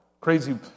Crazy